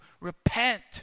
repent